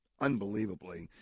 unbelievably